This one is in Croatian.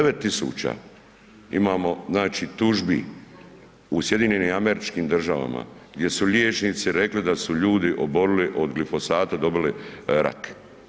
9.000 imamo znači tužbi u SAD-u gdje su liječnici rekli da su ljudi obolili od glifosata dobili rak.